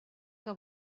que